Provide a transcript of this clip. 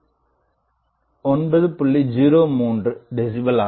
03 decibel ஆகும்